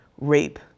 rape